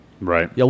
Right